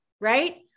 right